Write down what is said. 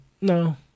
No